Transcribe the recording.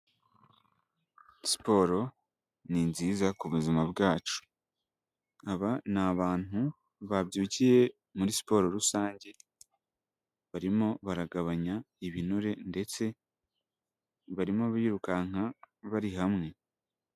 Siporo ni nziza ku buzima bwacu, aba ni abantu babyukiye muri siporo rusange barimo baragabanya ibinure ndetse barimo birukanka bari hamwe.